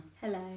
Hello